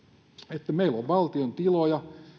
että meillä on valtion tiloja